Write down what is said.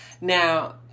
Now